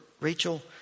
Rachel